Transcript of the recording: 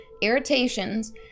irritations